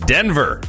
Denver